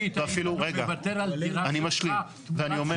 אני משלים ואני אומר.